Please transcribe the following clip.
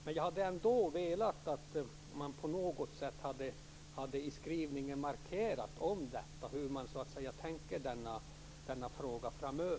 Men jag hade ändå velat att man på något sätt hade markerat i skrivningen hur man tänker sig denna fråga framöver.